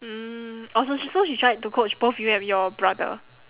mm orh so so she tried to coach both you and your brother